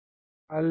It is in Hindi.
अलविदा